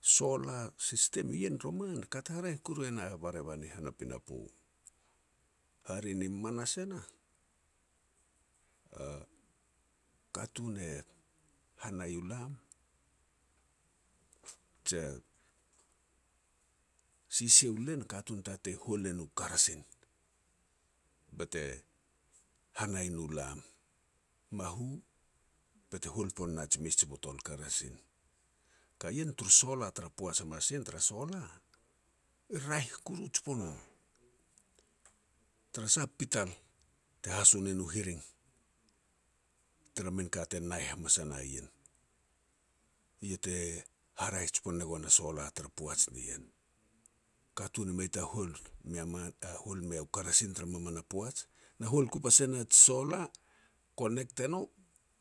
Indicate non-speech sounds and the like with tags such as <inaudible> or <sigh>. Sola system ien roman kat haraeh koru e na barevan i han a pinapo. Hare ni manas e nah, a katun e hanai u lam je sisia u len katun tatei hual no karasin, bete hanai nu lam, mahu bete hual pon na ji mes ji botol karasin. Ka ien turu solar tara poaj hamas nien, tara solar, e raeh kuru jipon no. Tara sah, pital te haso ne no hiring tara min ka te nai hamas a na ien. Eiau te haraeh jipon me goan a solar tara poaj ni ien. Katun mei ta hual me man <unintelligible> u karasin tara maman a poaj. Na hual ku pas e na ji solar, konek e no,